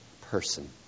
person